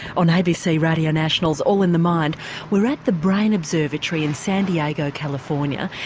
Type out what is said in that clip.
on abc radio national's all in the mind we're at the brain observatory in san diego, california.